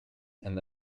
and